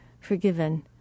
forgiven